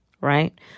right